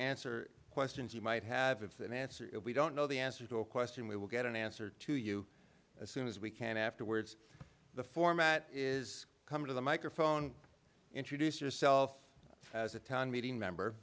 answer questions you might have if the answer if we don't know the answer to a question we will get an answer to you as soon as we can afterwards the format is come to the microphone introduce yourself as a town meeting